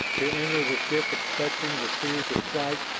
to enter the ship expecting the fear to strike,